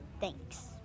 Thanks